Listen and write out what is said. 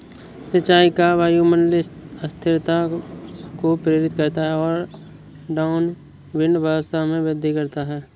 सिंचाई का वायुमंडलीय अस्थिरता को प्रेरित करता है और डाउनविंड वर्षा में वृद्धि करता है